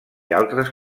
altres